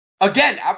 again